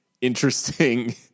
interesting